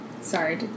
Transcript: Sorry